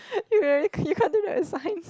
you really you can't do that in science